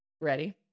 Ready